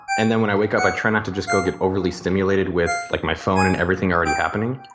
and then when i wake up i try not to just go get overly stimulated with like my phone and everything already happening.